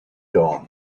dawn